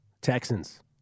Texans